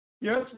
Yes